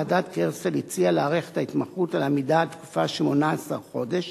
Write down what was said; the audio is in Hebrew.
ועדת-גרסטל הציעה להאריך את ההתמחות ולהעמידה על תקופה של 18 חודש,